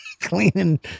cleaning